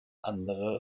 andere